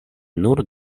nur